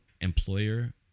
employer